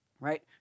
Right